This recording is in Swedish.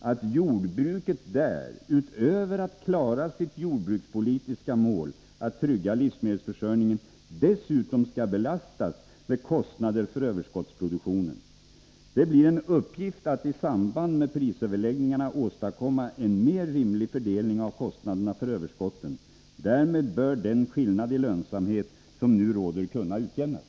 att jordbruket där — utöver att klara sitt jordbrukspolitiska mål, att trygga livsmedelsförsörjningen — dessutom skall belastas med kostnader för överskottsproduktionen. Det blir en uppgift att i samband med prisöverläggningarna åstadkomma en rimligare fördelning av kostnaderna för överskotten. Därmed bör den skillnad i lönsamhet som nu råder kunna utjämnas.